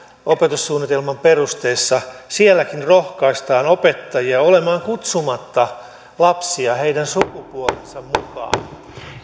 opetussuunnitelman perusteissa sielläkin rohkaistaan opettajia olemaan kutsumatta lapsia heidän sukupuolensa mukaan